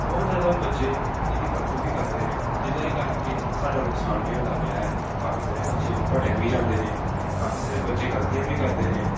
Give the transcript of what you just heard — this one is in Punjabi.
ਬਹੁਤ ਜ਼ਿਆਦਾ ਬੱਚੇ ਇਹਦੀ ਵਰਤੋਂ ਵੀ ਕਰਦੇ ਨੇ ਜਿਹਦੇ ਕਰਕੇ ਸਾਡਾ ਨੁਕਸਾਨ ਵੀ ਹੁੰਦਾ ਪਿਆ ਹੈ ਕਾਫੀ ਸਾਰੇ ਬੱਚੇ ਭਟਕ ਵੀ ਜਾਂਦੇ ਨੇ ਕਾਫੀ ਸਾਰੇ ਬੱਚੇ ਗਲਤੀਆਂ ਵੀ ਕਰਦੇ ਨੇ